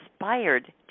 inspired